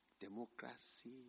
democracy